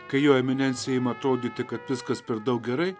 kai jo eminencija ima atrodyti kad viskas per daug gerai